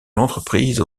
l’entreprise